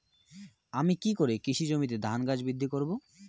আমি কী করে কৃষি জমিতে ধান গাছ বৃদ্ধি করব?